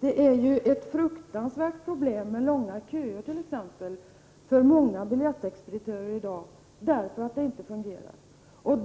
Det är t.ex. ett fruktansvärt problem med långa köer för många biljettexpeditörer i dag därför att det inte fungerar.